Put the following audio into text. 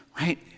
Right